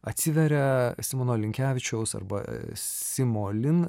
atsiveria simono linkevičiaus arba simo lin